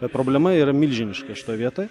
bet problema yra milžiniška šitoj vietoj